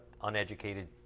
uneducated